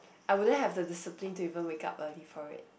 I wouldn't have the discipline to even wake up early for it